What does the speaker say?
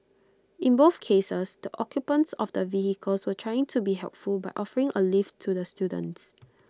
in both cases the occupants of the vehicles were trying to be helpful by offering A lift to the students